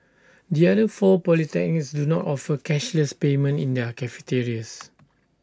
the other four polytechnics do not offer cashless payment in their cafeterias